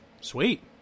Sweet